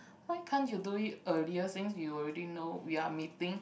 why can't you do it earlier since you already know we are meeting